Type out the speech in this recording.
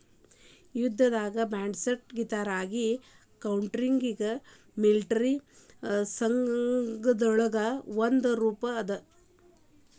ಯುದ್ಧದ ಬಾಂಡ್ಸೈದ್ಧಾಂತಿಕವಾಗಿ crowdfunding military ಸಂಘರ್ಷಗಳದ್ ಒಂದ ರೂಪಾ ಅದ